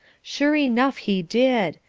sure enough he did!